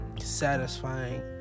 satisfying